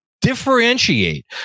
differentiate